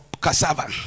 cassava